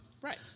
Right